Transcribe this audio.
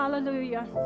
Hallelujah